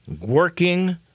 working